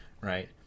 right